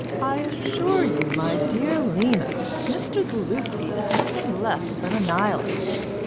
i assure you, my dear lena, mr. zaluski is nothing less than a nihilist!